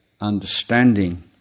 understanding